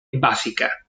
básica